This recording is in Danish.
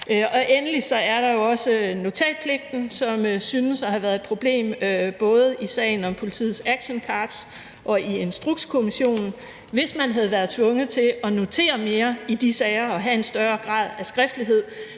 Endelig er der jo også notatpligten, som synes at have været et problem både i sagen om politiets action cards og i Instrukskommissionen. Hvis man havde været tvunget til at notere mere i de sager og have en større grad af skriftlighed,